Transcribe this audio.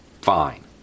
Fine